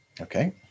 Okay